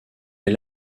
est